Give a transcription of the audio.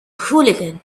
hooligan